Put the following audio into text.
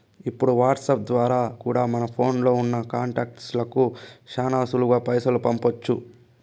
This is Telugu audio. ఇప్పుడు వాట్సాప్ ద్వారా కూడా మన ఫోన్లో ఉన్నా కాంటాక్ట్స్ లకి శానా సులువుగా పైసలు పంపించొచ్చు